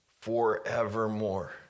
forevermore